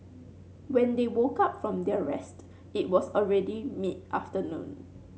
when they woke up from their rest it was already mid afternoon